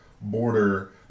border